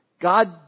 God